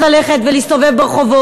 17:00 חוששות ללכת ולהסתובב ברחובות,